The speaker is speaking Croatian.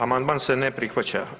Amandman se ne prihvaća.